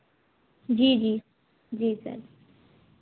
जी जी जी सर